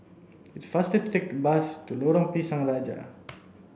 it's faster to take the bus to Lorong Pisang Raja